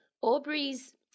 Aubrey's